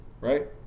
right